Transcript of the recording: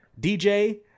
DJ